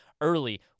early